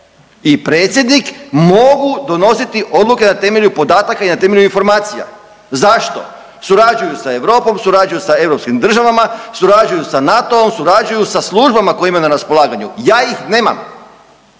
i Predsjednik mogu donositi odluke na temelju podataka i na temelju informacija. Zašto? Surađuju sa Europom, surađuju sa europskim državama, surađuju sa NATO-om, surađuju sa službama koje imaju na raspolaganju. Ja ih nemam